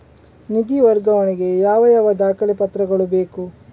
ನಿಧಿ ವರ್ಗಾವಣೆ ಗೆ ಯಾವ ಯಾವ ದಾಖಲೆ ಪತ್ರಗಳು ಬೇಕು?